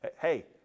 Hey